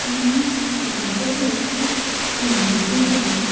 आनी गांवांच्या शाळेची उन्नती जायना